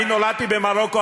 אני נולדתי במרוקו,